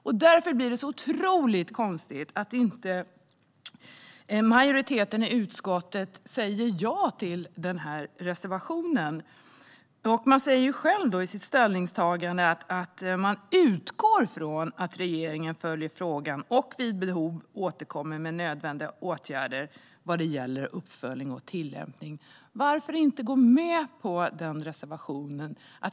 Det är otroligt konstigt att majoriteten i utskottet inte säger ja till reservationen. De säger själva i sitt ställningstagande att de utgår från att regeringen följer frågan och vid behov återkommer med nödvändiga åtgärder vad gäller uppföljning och tillämpning. Varför ställer ni er inte bakom reservationen?